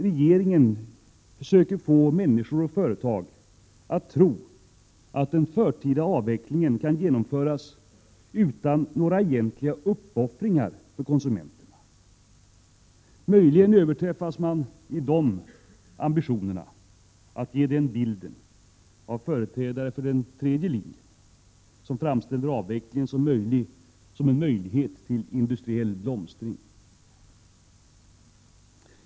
Regeringen försöker nämligen få människor och företag att tro att den förtida avvecklingen kan genomföras utan några egentliga uppoffringar för konsumenterna. Möjligen överträffas man i den ambitionen av företrädare för den tredje linjen, som söker framställa avvecklingen som en möjlighet till industriell blomstring.